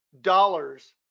dollars